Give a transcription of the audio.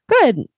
Good